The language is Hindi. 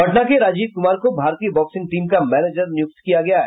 पटना के राजीव कुमार को भारतीय बॉक्सिंग टीम का मैनेजर नियुक्त किया गया है